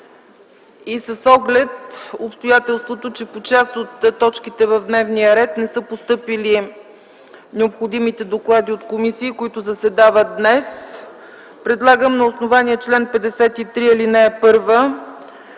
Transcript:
и с оглед обстоятелството, че по част от точките от дневния ред не са постъпили необходимите доклади от комисиите, които ще заседават днес, предлагам на основание чл. 53, ал. 1